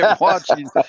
watching